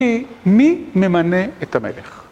ומי ממנה את המלך?